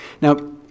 Now